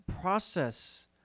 process